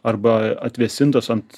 arba atvėsintas ant